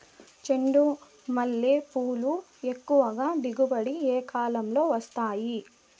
చెండుమల్లి పూలు ఎక్కువగా దిగుబడి ఏ కాలంలో వస్తాయి